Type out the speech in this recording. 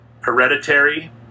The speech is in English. Hereditary